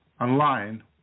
online